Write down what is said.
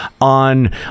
on